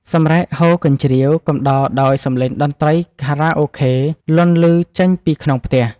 សម្រែកហ៊ោកញ្ជ្រៀវកំដរដោយសំឡេងតន្ត្រីខារ៉ាអូខេលាន់ឮចេញពីក្នុងផ្ទះ។